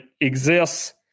exists